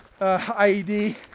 IED